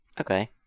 Okay